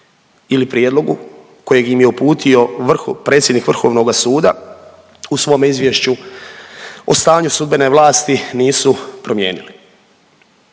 ili prijedlogu kojeg im je uputio vrh…, predsjednik vrhovnoga suda u svome izvješću o stanju sudbene vlasti nisu promijenili.